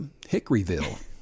Hickoryville